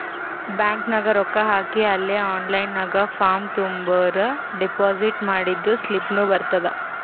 bank ನಾಗ್ ರೊಕ್ಕಾ ಹಾಕಿ ಅಲೇ ಆನ್ಲೈನ್ ನಾಗ್ ಫಾರ್ಮ್ ತುಂಬುರ್ ಡೆಪೋಸಿಟ್ ಮಾಡಿದ್ದು ಸ್ಲಿಪ್ನೂ ಬರ್ತುದ್